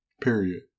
Period